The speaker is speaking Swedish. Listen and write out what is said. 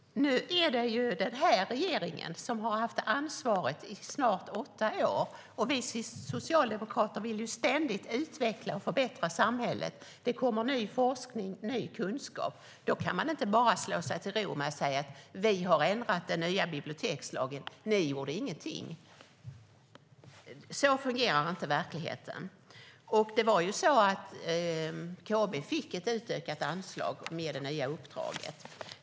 Nu är det ju den här regeringen som har haft ansvaret i snart åtta år. Vi socialdemokrater vill ständigt utveckla och förbättra samhället. Det kommer ny forskning och ny kunskap. Då kan man inte bara slå sig till ro och säga: Vi har ändrat den nya bibliotekslagen - ni gjorde ingenting. Så fungerar inte verkligheten. KB fick ett utökat anslag med det nya uppdraget.